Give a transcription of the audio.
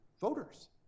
voters